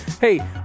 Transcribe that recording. Hey